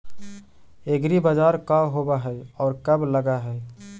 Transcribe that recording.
एग्रीबाजार का होब हइ और कब लग है?